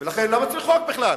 ולכן, למה צריך חוק בכלל?